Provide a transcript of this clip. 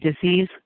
disease